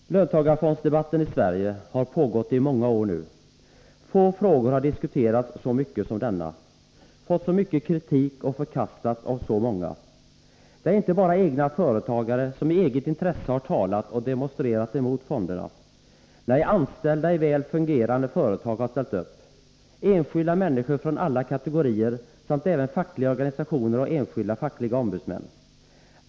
Herr talman! Löntagarfondsdebatten i Sverige har nu pågått i många år. Få frågor har diskuterats så mycket som denna, fått så mycket kritik och förkastats av så många. Det är inte bara egna företagare som i eget intresse har talat och demonstrerat mot fonderna. Nej, anställda i väl fungerande företag har ställt upp liksom enskilda människor från alla kategorier och även fackliga organisationer och enskilda fackliga ombudsmän.